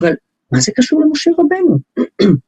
אבל מה זה קשור למשה רבנו?